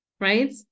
right